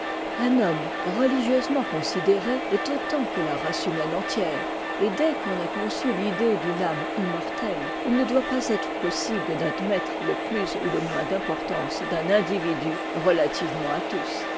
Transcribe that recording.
un homme religieusement considéré est autant que la race humaine entière et dès qu'on a conçu l'idée d'une âme immortehe il ne doit pas être possible d'admettre le plus ou le moins d'importance d'un individu relativement à tous